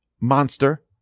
monster